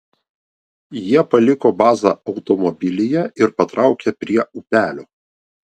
jie paliko bazą automobilyje ir patraukė prie upelio